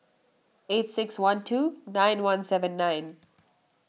eight six one two nine one seven nine